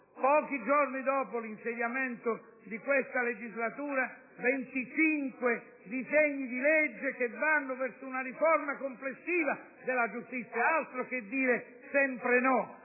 pochi giorni dopo l'insediamento di questa legislatura, 25 disegni di legge che vanno verso una riforma complessiva della giustizia. Altro che dire sempre no!